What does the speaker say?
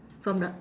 from the